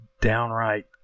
downright